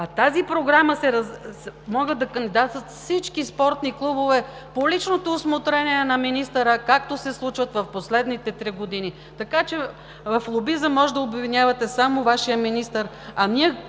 В тази програма могат да кандидатстват всички спортни клубове по личното усмотрение на министъра, както се случва в последните три години. Така че в лобизъм може да обвинявате само Вашия министър,